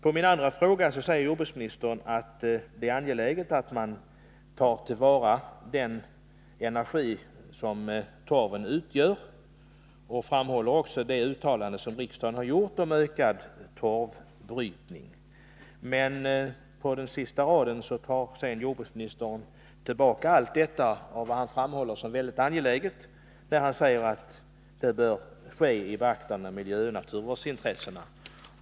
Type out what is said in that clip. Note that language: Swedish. På min andra fråga säger jordbruksministern att det är angeläget att man tar till vara den energiresurs som torven utgör och pekar också på det uttalande som riksdagen har gjort om att ökad torvbrytning skall kunna ske. Men i sin sista mening tar jordbruksministern tillbaka allt detta och framhåller att det är angeläget att torvbrytning sker med beaktande av miljöoch naturvårdsintressena.